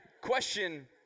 Question